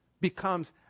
becomes